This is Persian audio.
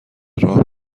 راه